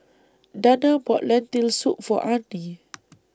Danna bought Lentil Soup For Arnie